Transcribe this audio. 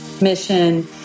mission